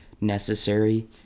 necessary